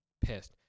pissed